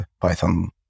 Python